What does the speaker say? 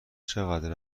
چقدر